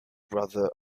brother